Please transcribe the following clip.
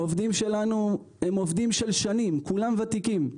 העובדים שלנו הם עובדים של שנים, כולם וותיקים,